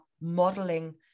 modeling